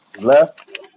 Left